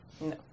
No